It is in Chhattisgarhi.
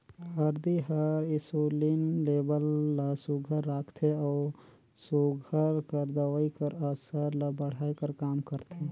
हरदी हर इंसुलिन लेबल ल सुग्घर राखथे अउ सूगर कर दवई कर असर ल बढ़ाए कर काम करथे